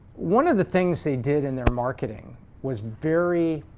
one of the things they did in their marketing was very,